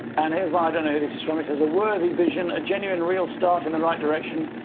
and here's one i don't know who this is from. it says a worthy vision, a genuine real start in the right direction.